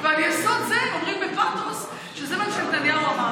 ועל יסוד זה הם אומרים בפתוס שזה מה שנתניהו אמר.